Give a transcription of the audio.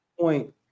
point